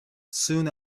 soon